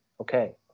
Okay